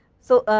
so,